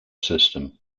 system